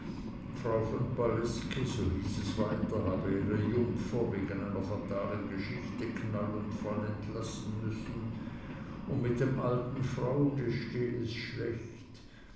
frau von palleske so hieß es weiter habe ihre jungfer wegen einer fatalen geschichte knall und fall entlassen müssen und mit dem alten fraude steh es schlecht